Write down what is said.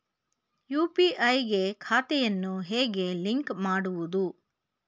UPI ಗೆ ಖಾತೆಯನ್ನು ಹೇಗೆ ಲಿಂಕ್ ಮಾಡುವುದು?